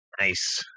Nice